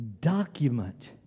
document